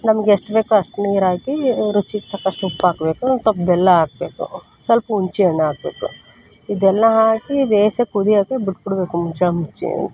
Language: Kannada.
ನಮ್ಗೆಷ್ಟು ಬೇಕೋ ಅಷ್ಟು ನೀರಾಕಿ ರುಚಿಗೆ ತಕ್ಕಷ್ಟು ಉಪ್ಪಾಕಬೇಕು ಸ್ವಲ್ಪ ಬೆಲ್ಲ ಹಾಕ್ಬೇಕು ಸ್ವಲ್ಪ ಹುಣ್ಚಿ ಹಣ್ಣು ಹಾಕಬೇಕು ಇದೆಲ್ಲ ಹಾಕಿ ಬೇಸಾಗಿ ಕುದಿಯಕ್ಕೆ ಬಿಟ್ಟುಬಿಡ್ಬೇಕು ಮುಚ್ಚಳ ಮುಚ್ಚಿ